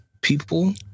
people